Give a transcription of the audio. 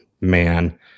man